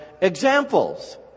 examples